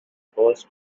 forced